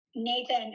Nathan